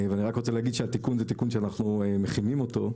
אני רק רוצה להגיד שהתיקון זה תיקון שאנחנו מכינים אותו,